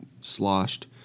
sloshed